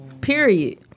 Period